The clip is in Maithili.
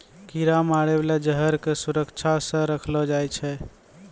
कीरा मारै बाला जहर क सुरक्षा सँ रखलो जाय छै